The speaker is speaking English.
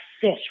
fish